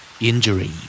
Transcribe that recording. injury